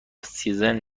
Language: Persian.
سیزن